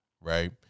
Right